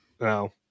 No